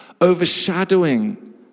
overshadowing